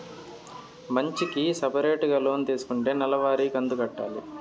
మంచికి సపరేటుగా లోన్ తీసుకుంటే నెల వారి కంతు కట్టాలి